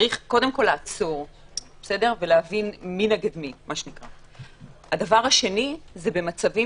צריך קודם כל לעצור ולהבין מי נגד מי; 2. במצבים